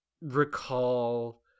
recall